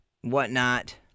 whatnot